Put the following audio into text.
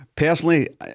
Personally